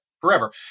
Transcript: forever